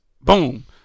Boom